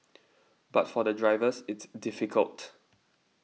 but for the drivers it's difficult